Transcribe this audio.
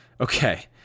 Okay